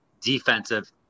defensive